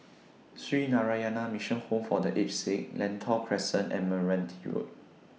Sree Narayana Mission Home For The Aged Sick Lentor Crescent and Meranti Road